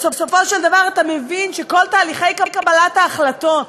בסופו של דבר אתה מבין שכל תהליכי קבלת ההחלטות,